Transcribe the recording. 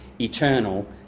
eternal